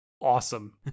awesome